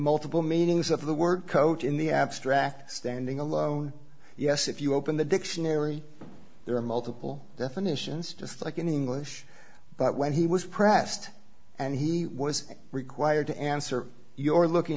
multiple meanings of the word coach in the abstract standing alone yes if you open the dictionary there are multiple definitions just like in english but when he was pressed and he was required to answer your looking